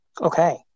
Okay